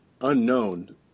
Unknown